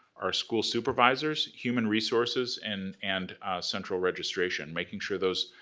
our school supervisors, human resources, and and central registration. making sure those